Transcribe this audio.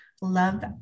Love